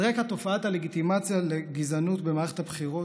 על רקע תופעת הלגיטימציה לגזענות במערכת הבחירות,